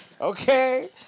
okay